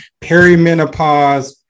perimenopause